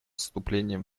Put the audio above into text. вступлением